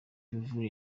village